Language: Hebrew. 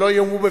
שלא יאמרו,